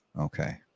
Okay